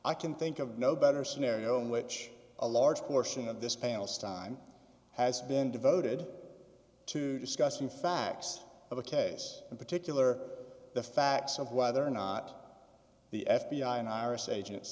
i can think of no better scenario in which a large portion of this panel stime has been devoted to discuss the facts of the case in particular the facts of whether or not the f b i and iris agents